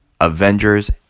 Avengers